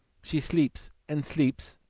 she sleeps, and sleeps,